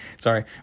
Sorry